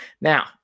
Now